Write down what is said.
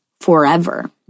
forever